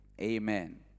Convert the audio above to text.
Amen